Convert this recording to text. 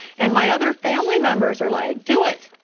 and my other family members are like, do it.